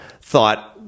thought